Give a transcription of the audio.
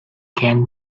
can